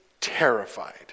terrified